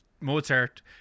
Mozart